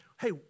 hey